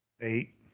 Eight